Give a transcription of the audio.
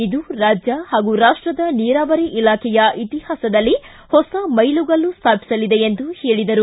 ಇದು ರಾಜ್ಯ ಹಾಗೂ ರಾಷ್ಟದ ನೀರಾವರಿ ಇಲಾಖೆ ಇತಿಹಾಸದಲ್ಲಿ ಹೊಸ ಮೈಲುಗಲ್ಲು ಸ್ಟಾಪಿಸಲಿದೆ ಎಂದು ಹೇಳಿದರು